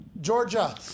Georgia